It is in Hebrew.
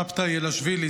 שבתאי אלאשווילי,